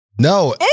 No